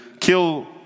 kill